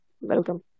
Welcome